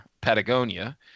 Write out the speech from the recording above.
Patagonia